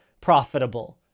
profitable